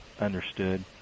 understood